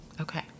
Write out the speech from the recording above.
okay